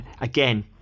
again